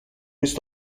ist